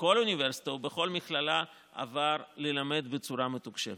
בכל אוניברסיטה או בכל מכללה עבר ללמד בצורה מתוקשבת.